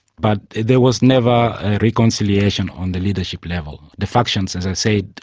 but there was never a reconciliation on the leadership level. the factions, as i said,